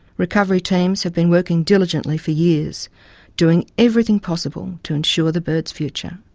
recovery teams have been working diligently for years doing everything possible to ensure the birds' future.